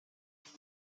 just